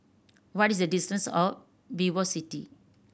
what is the distance of VivoCity